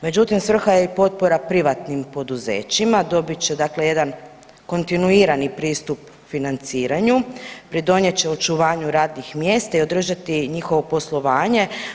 Međutim, svrha je i potpora privatnim poduzećima, dobit će dakle jedan kontinuirani pristup financiranju, pridonijet će očuvanju radnih mjesta i održati njihovo poslovanje.